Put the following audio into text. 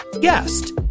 guest